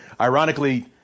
ironically